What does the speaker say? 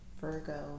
Virgo